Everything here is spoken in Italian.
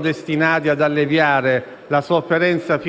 destinati ad alleviare la sofferenza,